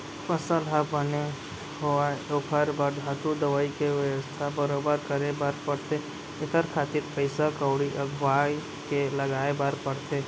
फसल ह बने होवय ओखर बर धातु, दवई के बेवस्था बरोबर करे बर परथे एखर खातिर पइसा कउड़ी अघुवाके लगाय बर परथे